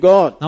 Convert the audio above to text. God